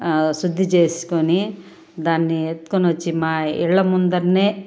శుద్ధి చేసుకొని దాన్ని ఎత్తుకొని వచ్చి మా ఇళ్ళ ముందర